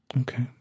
Okay